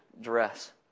dress